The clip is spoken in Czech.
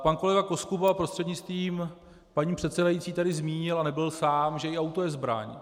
Pan kolega Koskuba, prostřednictvím paní předsedající, tady zmínil, a nebyl sám, že i auto je zbraň.